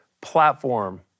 platform